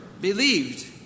believed